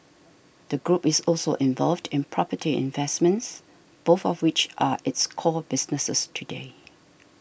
the group is also involved in property investments both of which are its core businesses today